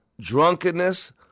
drunkenness